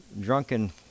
drunken